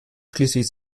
schließlich